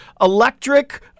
electric